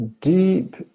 deep